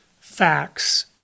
facts